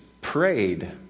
prayed